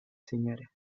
señora